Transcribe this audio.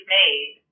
made